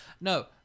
No